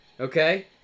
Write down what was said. okay